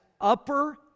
Upper